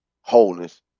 wholeness